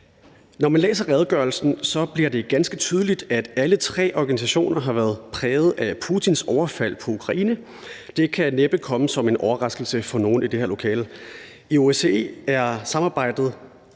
Når man læser redegørelsen, bliver det ganske tydeligt, at alle tre organisationer har været præget af Putins overfald på Ukraine. Det kan næppe komme som en overraskelse for nogen i det her lokale. I OSCE er samarbejdet